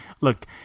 Look